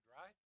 right